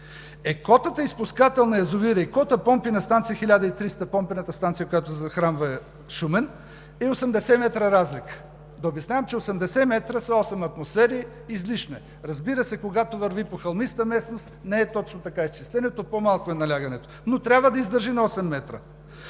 Е котата на изпускател на язовир и кота на помпена станция 1300, която захранва Шумен, е с 80 метра разлика. Да обяснявам, че 80 метра са осем атмосфери – излишно е. Разбира се, когато върви по хълмиста местност, не е точно така изчислението – по-малко е налягането, но трябва да издържи на осем метра.